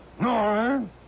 No